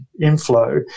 inflow